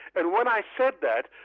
and when i said that,